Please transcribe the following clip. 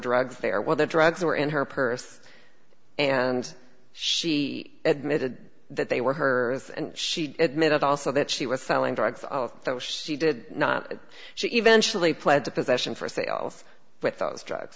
drugs there while the drugs were in her purse and she admitted that they were hers and she admitted also that she was selling drugs though she did not she eventually pled to possession for sale with those drugs